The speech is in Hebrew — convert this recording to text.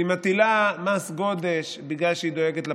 והיא מטילה מס גודש בגלל שהיא דואגת לפקקים,